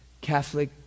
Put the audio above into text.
Catholic